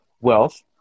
wealth